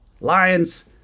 Lions